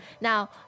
Now